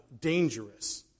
dangerous